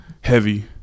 heavy